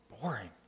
Boring